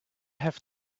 have